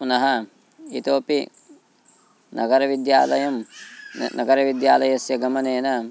पुनः इतोऽपि नगरविद्यालयं नगरविद्यालस्य गमनेन